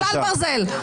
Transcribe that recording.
כלל ברזל.